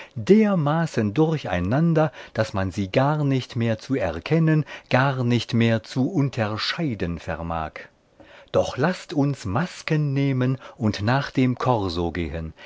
dermaßen durcheinander daß man sie gar nicht mehr zu erkennen gar nicht mehr zu unterscheiden vermag doch laßt uns masken nehmen und nach dem korso